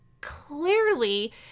Clearly